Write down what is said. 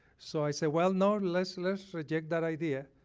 so i said, well no, let's let's reject that idea,